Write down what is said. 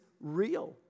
real